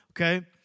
Okay